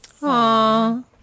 Aww